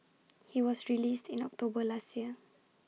he was released in October last year